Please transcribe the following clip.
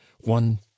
One